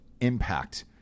impact